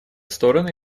стороны